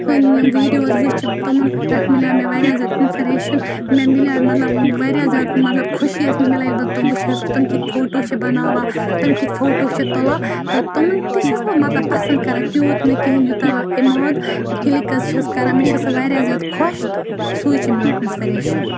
ہِنٛدۍ یِم ویٖڈیٚوز وُچھِم تِمَن پیٚٹھ میلیٛومےٚ واریاہ زیادٕ اِنفارمیشن مےٚ میلے مطلب واریاہ زیادٕ مطلب خۅشی ٲسۍ مےٚ میلان ییٚلہِ بہٕ تِم وُچھان تِم کِتھۍ فوٹوٗ چھِ بناوان تِم کِتھۍ فوٹوٗ چھِ تُلان تہٕ تِمَن تہِ چھَس بہٕ مطلب پسَنٛد کَران تیٛوت نہٕ کِہیٖنٛۍ یوٗتاہ بہٕ اِماگ کٕلِکٕز چھَس کَران مےٚ چھےٚ سۄ واریاہ زیادٕ خۄش تہٕ سُے چھُ میٛون اِنَسپٕریشَن